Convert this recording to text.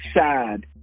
sad